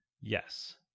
Yes